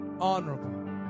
Honorable